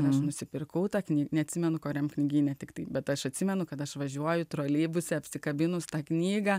aš nusipirkau tą knygą neatsimenu kuriam knygyne tiktai bet aš atsimenu kad aš važiuoju troleibuse apsikabinus tą knygą